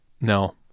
No